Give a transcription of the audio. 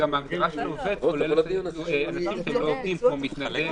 אם הוא מוגדר במועצה כמחזיק תיק אז אפשר יהיה להכיר בו כעובד,